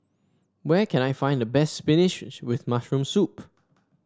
where can I find the best spinach with mushroom